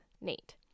Nate